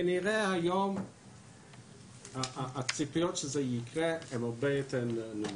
כנראה, הציפיות שזה יקרה הן הרבה יותר נמוכות.